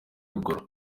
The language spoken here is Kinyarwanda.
ruguru